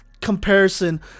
comparison